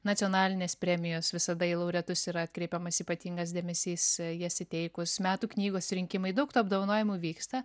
nacionalinės premijos visada į laureatus yra atkreipiamas ypatingas dėmesys jas įteikus metų knygos rinkimai daug tų apdovanojimų vyksta